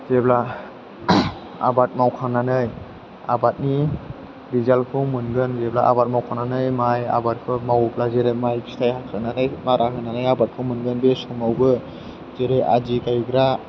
जेब्ला आबाद मावखांनानै आबादनि रिजाल्टखौ मोनगोन जेब्ला आबाद मावखांनानै माइ आबादफोर मावोब्ला जेरै माइ फिथाइ हाखांनानै मारा होनानै आबादखौ मोनगोन बे समावबो जेरै आदि गायग्रा